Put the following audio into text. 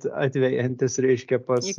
atvejantis reiškia pas